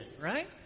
right